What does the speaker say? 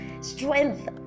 strength